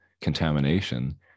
contamination